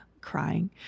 crying